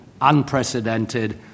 unprecedented